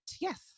yes